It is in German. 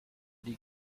die